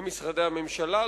למשרדי הממשלה,